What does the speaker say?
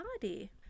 body